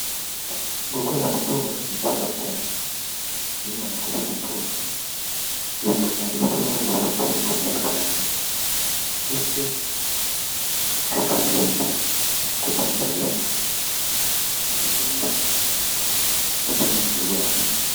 Gukora siporo ni byiza cyane. Iyo umuntu akoze siporo bituma ibice by'umubiri bye bikomera cyane, bityo bikamurinda kudandabirana gusumira ndetse n'ubundi burwayi.